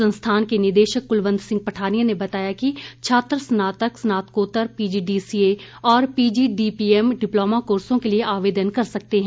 संस्थान के निदेशक कुलवंत सिंह पठानिया ने बताया कि छात्र स्नातक स्नोतकोत्तर पीजीडीसीए और पीजीडीपीएम डिप्लोमा कोर्सो के लिए आवेदन कर सकते हैं